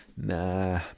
Nah